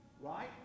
Right